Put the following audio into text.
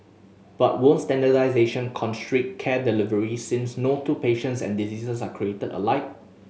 but won't standardisation constrict care delivery since no two patients and diseases are created alike